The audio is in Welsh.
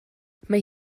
mae